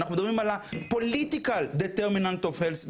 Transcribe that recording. אנחנו מדברים על ה - political determinants of health.